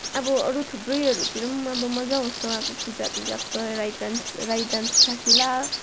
अब अरू थुप्रैहरूतिर पनि अब मजा आउँछ अब पूजाहरू लाग्छ राई डान्स राई डान्स साकेला